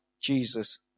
Jesus